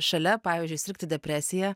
šalia pavyzdžiui sirgti depresija